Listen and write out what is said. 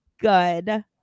good